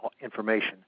Information